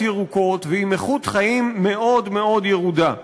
ירוקות ובעל איכות חיים מאוד מאוד ירודה.